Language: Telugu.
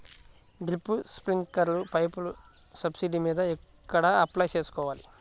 డ్రిప్, స్ప్రింకర్లు పైపులు సబ్సిడీ మీద ఎక్కడ అప్లై చేసుకోవాలి?